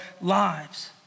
lives